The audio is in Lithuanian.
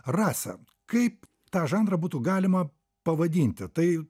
rasa kaip tą žanrą būtų galima pavadinti tai